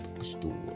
store